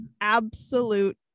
absolute